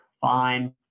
Fine